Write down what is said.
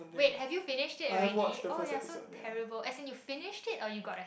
wait have you finish it already oh you're so terrible as in you finish it or you got a